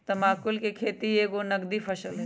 तमाकुल कें खेति एगो नगदी फसल हइ